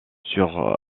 sur